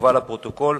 תשובה לפרוטוקול.